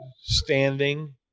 standing